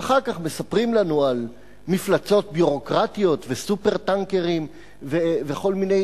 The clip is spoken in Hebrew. ואחר כך מספרים לנו על מפלצות ביורוקרטיות וסופר-טנקרים וכל מיני